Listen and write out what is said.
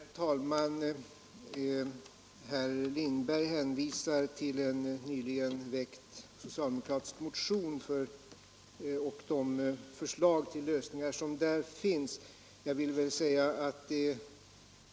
Herr talman! Herr Lindberg hänvisar till en nyligen väckt socialdemokratisk motion och de förslag till lösningar som där finns.